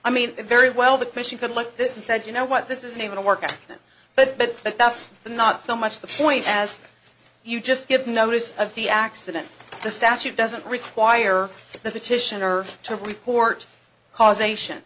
i mean very well the question could like this and said you know what this isn't even a workout but but but that's not so much the point as you just give notice of the accident the statute doesn't require the petitioner to report causation